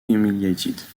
humiliated